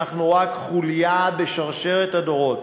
אנחנו רק חוליה בשרשרת הדורות.